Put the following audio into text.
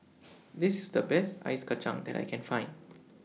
This IS The Best Ice Kachang that I Can Find